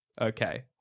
okay